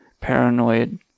Paranoid